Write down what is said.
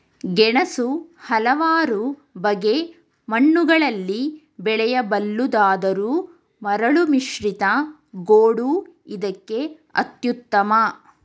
ಗೆಣಸು ಹಲವಾರು ಬಗೆ ಮಣ್ಣುಗಳಲ್ಲಿ ಬೆಳೆಯಬಲ್ಲುದಾದರೂ ಮರಳುಮಿಶ್ರಿತ ಗೋಡು ಇದಕ್ಕೆ ಅತ್ಯುತ್ತಮ